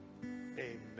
amen